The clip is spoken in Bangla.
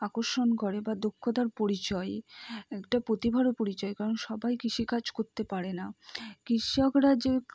আকর্ষণ করে বা দক্ষতার পরিচয় একটা প্রতিভারও পরিচয় কারণ সবাই কৃষিকাজ করতে পারে না কৃষকরা যে